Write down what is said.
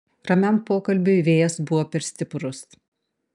ramiam pokalbiui vėjas buvo per stiprus